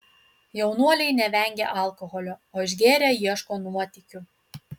jaunuoliai nevengia alkoholio o išgėrę ieško nuotykių